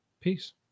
Peace